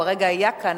הוא הרגע היה כאן,